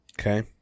Okay